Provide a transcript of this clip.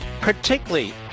particularly